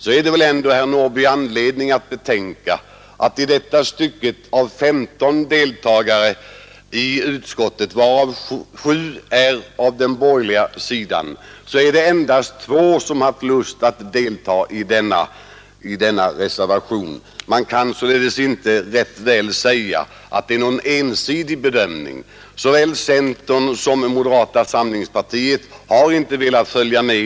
Men på denna punkt, herr Norrby, har vi ändå anledning att betänka att det av utskottets 15 ledamöter, varav 7 tillhör den borgerliga sidan, är det endast 2 som haft lust att ställa sig bakom reservationen. Man kan således inte gärna säga att utskottsmajoritetens bedömning är ensidig. Varken centern eller moderata samlingspartiet har velat understödja reservationen.